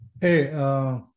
Hey